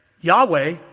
Yahweh